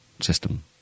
system